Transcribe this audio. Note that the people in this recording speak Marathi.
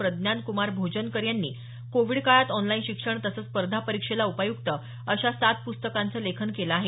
प्रज्ञानकुमार भोजनकर यांनी कोविड काळात ऑनलाईन शिक्षण तसंच स्पर्धा परीक्षेला उपयुक्त अशा सात पुस्तकांचं लेखन केलं आहे